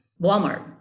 Walmart